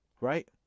Right